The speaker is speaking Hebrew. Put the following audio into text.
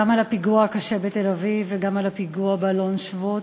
לנפגעים גם בפיגוע הקשה בתל-אביב וגם בפיגוע באלון-שבות,